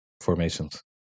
formations